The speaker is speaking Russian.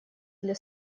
для